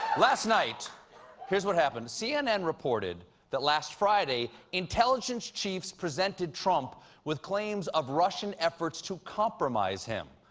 last night here's what happened cnn reported that last friday intelligence chiefs presented trump with claims of russian efforts to compromise him.